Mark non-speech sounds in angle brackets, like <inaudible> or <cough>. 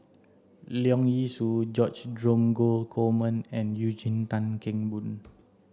Leong Yee Soo George Dromgold Coleman and Eugene Tan Kheng Boon <noise>